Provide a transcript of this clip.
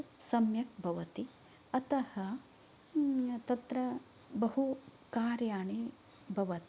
तद् सम्यक् भवती अतः तत्र बहु कार्याणि भवन्ति